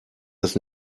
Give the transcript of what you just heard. das